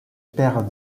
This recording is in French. perdent